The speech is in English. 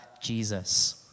Jesus